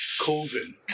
Coven